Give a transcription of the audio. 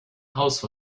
house